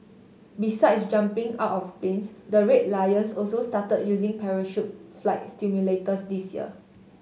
besides jumping out of planes the Red Lions also start using parachute flight simulators this year